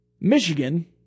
Michigan